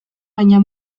baina